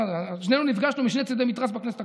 ושנינו נפגשנו משני עברי המתרס בפעם הקודמת,